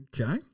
Okay